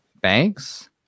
banks